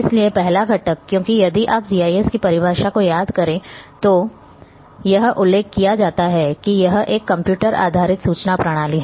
इसलिए पहला घटक क्योंकि यदि आप जीआईएस की परिभाषा को याद करते हैं तो यह उल्लेख किया जाता है कि यह एक कंप्यूटर आधारित सूचना प्रणाली है